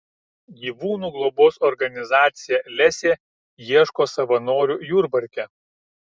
gyvūnų globos organizacija lesė ieško savanorių jurbarke